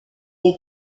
est